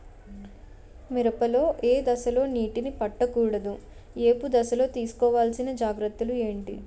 మిరప లో ఏ దశలో నీటినీ పట్టకూడదు? ఏపు దశలో తీసుకోవాల్సిన జాగ్రత్తలు ఏంటి?